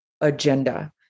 agenda